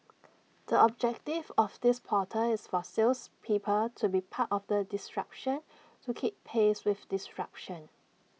the objective of this portal is for salespeople to be part of the disruption to keep pace with disruption